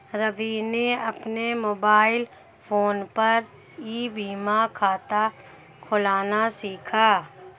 रवि ने अपने mobile phone पर ई बीमा खाता खोलना सीखा